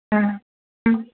ஆ ம்